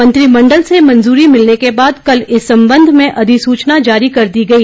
मंत्रिमंडल से मंजूरी मिलने के बाद कल इस संबंध में अधिसूचना जारी की गई